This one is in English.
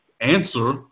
answer